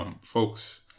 Folks